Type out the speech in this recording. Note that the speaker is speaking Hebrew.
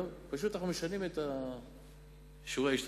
פשוט אנחנו משנים את שיעור ההשתתפות.